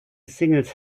singles